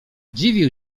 dziwił